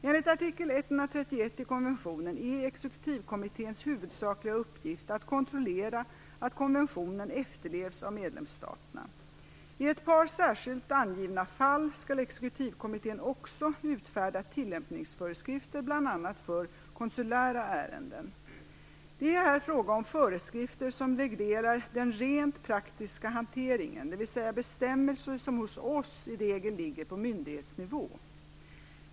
Enligt artikel 131 i konventionen är exekutivkommitténs huvudsakliga uppgift att kontrollera att konventionen efterlevs av medlemsstaterna. I ett par särskilt angivna fall skall exekutivkommittén också utfärda tillämpningsföreskrifter, bl.a. för konsulära ärenden. Det är här fråga om föreskrifter som reglerar den rent praktiska hanteringen, dvs. bestämmelser som hos oss i regel ligger på myndighetsnivå.